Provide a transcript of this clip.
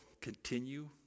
continue